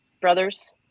Brothers